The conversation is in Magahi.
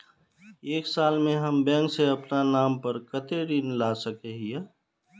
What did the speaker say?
एक साल में हम बैंक से अपना नाम पर कते ऋण ला सके हिय?